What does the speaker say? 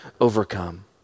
overcome